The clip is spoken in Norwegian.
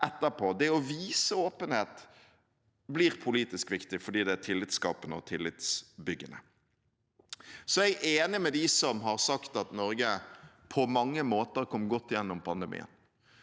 etterpå, det å vise åpenhet blir politisk viktig fordi det er tillitskapende og tillitbyggende. Jeg er enig med dem som har sagt at Norge på mange måter kom godt gjennom pandemien,